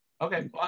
Okay